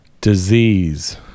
disease